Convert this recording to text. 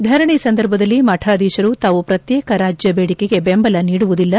ಧರಣಿ ಸಂದರ್ಭದಲ್ಲಿ ಮಠಾಧೀಶರು ತಾವು ಪ್ರತ್ನೇಕ ರಾಜ್ಯ ದೇಡಿಕೆಗೆ ಬೆಂಬಲ ನೀಡುವುದಿಲ್ಲ